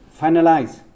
finalize